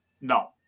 No